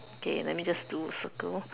okay let me just do a circle